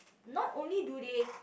not only do they